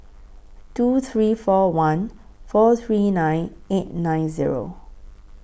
two three four one four three nine eight nine Zero